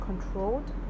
controlled